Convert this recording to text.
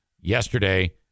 Yesterday